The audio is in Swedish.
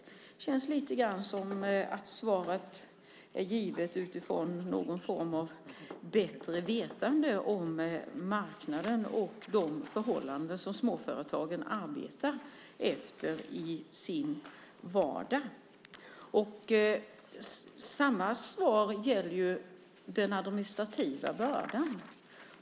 Det känns lite grann som att svaret är givet utifrån någon form av bättre vetande om marknaden och de förhållanden som småföretagen arbetar under i sin vardag. Samma svar gäller den administrativa bördan.